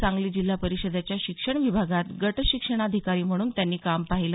सांगली जिल्हा परिषदेच्या शिक्षण विभागात गट शिक्षणाधिकारी म्हणून त्यांनी काम पाहिलं